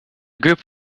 group